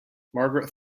margaret